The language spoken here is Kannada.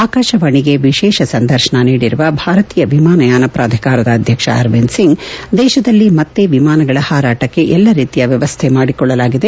ಆಕಾಶವಾಣಿಗೆ ವಿಶೇಷ ಸಂದರ್ಶನ ನೀಡಿರುವ ಭಾರತೀಯ ವಿಮಾನಯಾನ ಪ್ರಾಧಿಕಾರದ ಅಧ್ಯಕ್ಷ ಅರವಿಂದ್ ಸಿಂಗ್ ದೇಶದಲ್ಲಿ ಮತ್ತ ವಿಮಾನಗಳ ಹಾರಾಟಕ್ಕೆ ಎಲ್ಲ ರೀತಿಯ ವ್ಯವಸ್ಥೆ ಮಾಡಿಕೊಳ್ಳಲಾಗಿದೆ